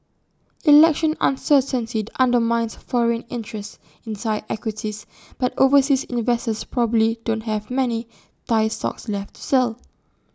election uncertainty undermines foreign interest in Thai equities but overseas investors probably don't have many Thai stocks left to sell